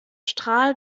strahl